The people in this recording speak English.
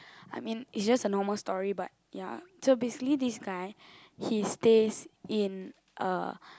I mean is just a normal story but ya so basically this guy he stays in a